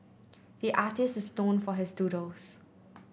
the artist is known for his doodles